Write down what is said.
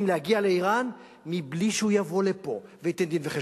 להגיע לאירן מבלי שהוא יבוא לפה וייתן דין-וחשבון.